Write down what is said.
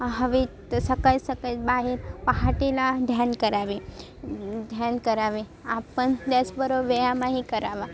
हवे तर सकाळी सकाळी बाहेर पहाटेला ध्यान करावे ध्यान करावे आपण त्याचबरोबर व्यायामही करावा